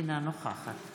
אינה נוכחת